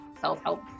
self-help